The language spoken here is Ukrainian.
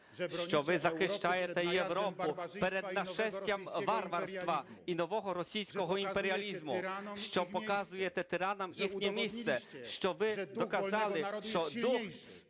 що ви захищаєте Європу перед нашестям варварства і нового російського імперіалізму, що показуєте тиранам їхнє місце, що ви доказали, що дух вільного народу